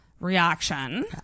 reaction